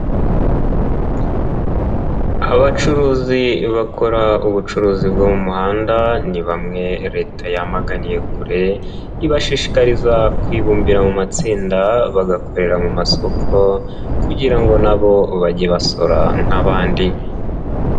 Abacuruzi bakora ubucuruzi bwo mu muhanda, ni bamwe Leta yamaganiye kure, ibashishikariza kwibumbira mu matsinda, bagakorera mu masoko kugira ngo na bo bajye basora nk'abandi.